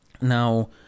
Now